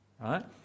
Right